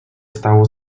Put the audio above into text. stało